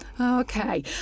Okay